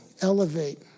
elevate